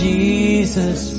Jesus